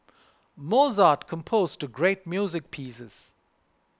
Mozart composed great music pieces